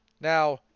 Now